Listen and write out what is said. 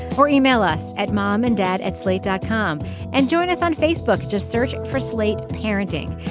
or email us at mom and dad at slate dot com and join us on facebook just search for slate parenting.